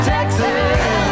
Texas